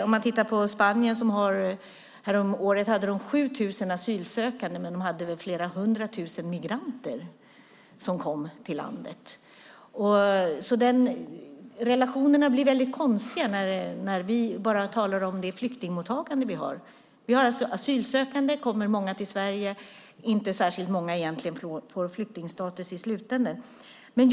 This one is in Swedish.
Om man tittar på Spanien hade de häromåret 7 000 asylsökande, men de hade också flera hundra tusen migranter som kom till landet. Relationerna bli konstiga när vi enbart talar om vårt flyktingmottagande. Vi har alltså asylsökande. Det kommer många till Sverige, men särskilt många får inte flyktingstatus i slutändan.